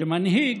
שמנהיג,